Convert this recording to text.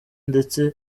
ndetse